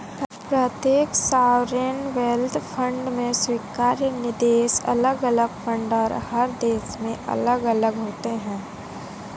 प्रत्येक sovereign wealth fund में स्वीकार्य निवेश अलग अलग फंड और हर देश में अलग अलग होते हैं